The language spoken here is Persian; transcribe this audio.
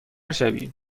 شوی